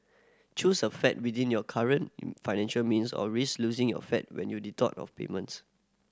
choose a flat within your current financial means or risk losing your flat when you default of payments